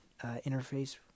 interface